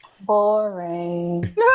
Boring